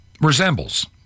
Resembles